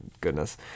Goodness